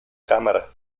cámara